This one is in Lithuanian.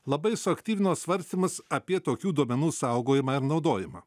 labai suaktyvino svarstymus apie tokių duomenų saugojimą ir naudojimą